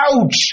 ouch